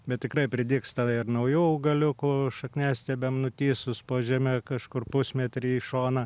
bet tikrai pridygsta ir naujų augaliukų šakniastiebiam nutįsus po žeme kažkur pusmetrį į šoną